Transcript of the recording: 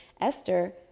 Esther